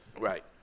Right